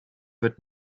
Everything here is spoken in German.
wird